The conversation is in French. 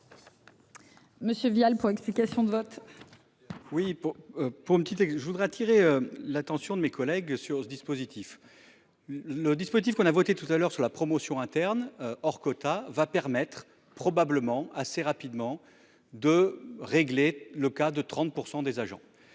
vote. Oui pour pour une petite et je voudrais attirer l'attention de mes collègues sur ce dispositif. Le dispositif qu'on a voté tout à l'heure sur la promotion interne hors quota va permettre probablement assez rapidement de régler le cas de 30% des agents